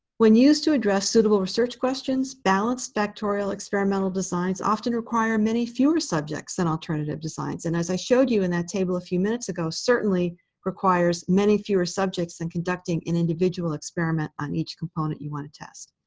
when used to address suitable research questions, balanced factorial experimental designs often require many fewer subjects than alternative designs. and as i showed you in that table a few minutes ago, certainly requires many fewer subjects than conducting an individual experiment on each component you want to test.